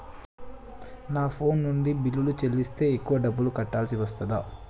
నా ఫోన్ నుండి బిల్లులు చెల్లిస్తే ఎక్కువ డబ్బులు కట్టాల్సి వస్తదా?